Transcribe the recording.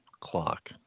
clock